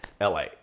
LA